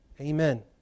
Amen